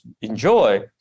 enjoy